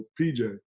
PJ